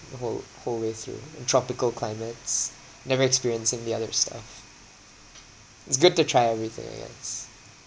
the whole whole way through in tropical climates never experiencing the other stuff it's good to try everything I guess